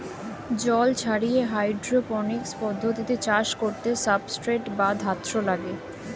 জল ছাড়িয়ে হাইড্রোপনিক্স পদ্ধতিতে চাষ করতে সাবস্ট্রেট বা ধাত্র লাগে